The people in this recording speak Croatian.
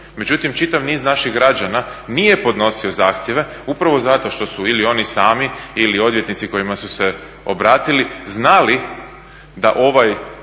Međutim, čitav niz naših građana nije podnosio zahtjeve upravo zato što su ili oni sami ili odvjetnici kojima su se obratili znali da ovaj